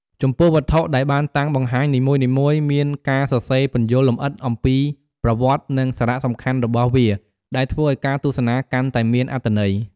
ចំពោះវត្ថុដែលបានតាំងបង្ហាញនីមួយៗមានការសរសេរពន្យល់លម្អិតអំពីប្រវត្តិនិងសារៈសំខាន់របស់វា ដែលធ្វើឲ្យការទស្សនាកាន់តែមានអត្ថន័យ។